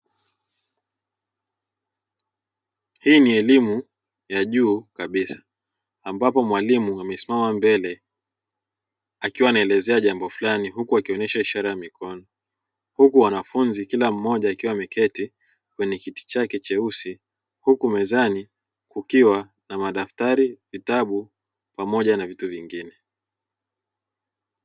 Hii ni elimu ya juu kabisa ambapo mwalimu amesimama mbele akiwa anaelezea jambo fulani huku akionyesha ishara ya mikono, huku wanafunzi kila mmoja akiwa ameketi kwenye kiti chake cheusi. Huku mezani kukiwa na madaftari, vitabu pamoja na vitu vingine.